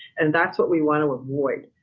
and that's what we want to avoid.